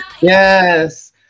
Yes